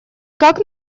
как